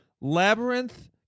Labyrinth